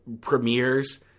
premieres